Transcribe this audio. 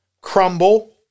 crumble